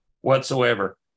whatsoever